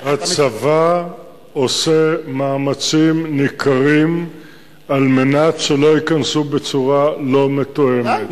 הצבא עושה מאמצים ניכרים על מנת שלא ייכנסו בצורה לא מתואמת.